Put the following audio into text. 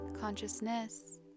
consciousness